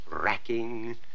racking